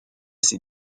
ces